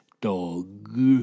dog